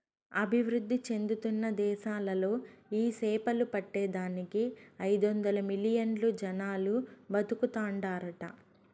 అభివృద్ధి చెందుతున్న దేశాలలో ఈ సేపలు పట్టే దానికి ఐదొందలు మిలియన్లు జనాలు బతుకుతాండారట